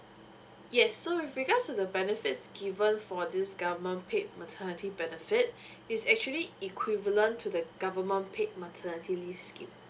yes so with regards to the benefits given for this government paid maternity benefit is actually equivalent to the government paid maternity leave scheme